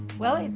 well,